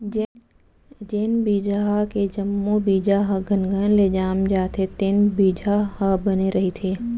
जेन बिजहा के जम्मो बीजा ह घनघन ले जाम जाथे तेन बिजहा ह बने रहिथे